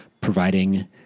providing